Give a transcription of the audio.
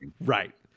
right